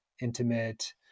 intimate